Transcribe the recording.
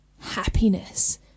happiness